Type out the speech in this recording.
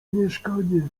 mieszkanie